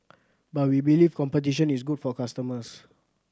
but we believe competition is good for customers